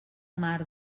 mar